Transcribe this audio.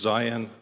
Zion